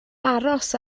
aros